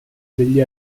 degli